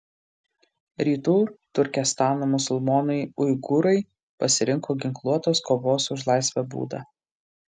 rytų turkestano musulmonai uigūrai pasirinko ginkluotos kovos už laisvę būdą